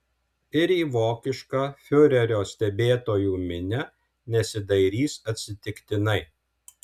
ir į vokišką fiurerio stebėtojų minią nesidairys atsitiktinai